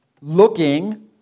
looking